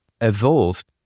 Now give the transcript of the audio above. evolved